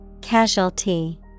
Casualty